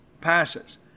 passes